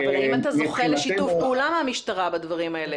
מבחינתנו --- אבל האם אתה זוכה שיתוף פעולה מהמשטרה בדברים האלה?